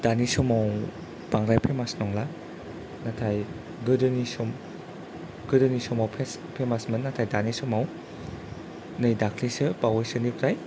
दानि समाव बांद्राय फेमास नंला नाथाय गोदोनि सम गोदोनि समाव फेस फेमास मोन नाथाय दानि समाव नै दाख्लैसो बावैसोनिफ्राय